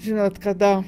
žinot kada